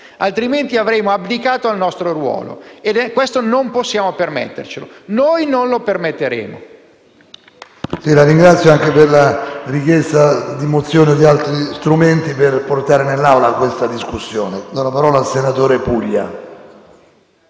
avverrà, avremo abdicato al nostro ruolo. Questo non possiamo permettercelo; noi non lo permetteremo.